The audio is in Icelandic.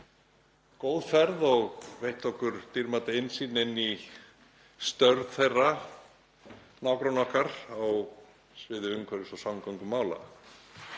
góð ferð og veitti okkur dýrmæta innsýn inn í störf þeirra nágranna okkar á sviði umhverfis- og samgöngumála.